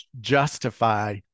justify